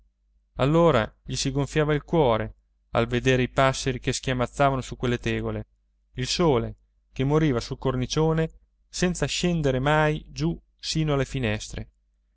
allora gli si gonfiava il cuore al vedere i passeri che schiamazzavano su quelle tegole il sole che moriva sul cornicione senza scendere mai giù sino alle finestre